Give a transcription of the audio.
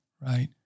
right